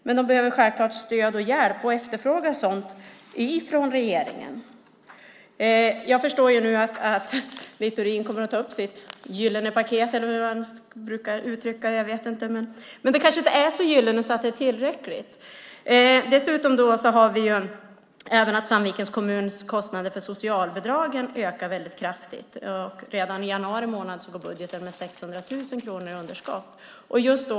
Men de behöver självklart stöd och hjälp och efterfrågar detta från regeringen. Jag förstår att Littorin kommer att ta upp sitt gyllene paket, eller hur han brukar uttrycka det. Men det kanske inte är så gyllene att det är tillräckligt. Dessutom ökar Sandvikens kommuns kostnader för socialbidrag kraftigt. Redan i januari månad går budgeten med 600 000 kronor i underskott.